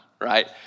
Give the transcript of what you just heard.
right